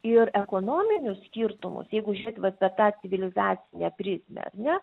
ir ekonominius skirtumus jeigu žiūrėti vat tą civilizacinę prizmę ar ne